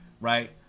Right